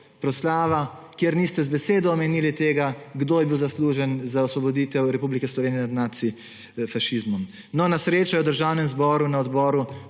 proslavo, kjer niste z besedo omenili tega, kdo je bil zaslužen za osvoboditev Republike Slovenije nad nacifašizmom. Na srečo je v Državnem zboru na odboru